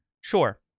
Sure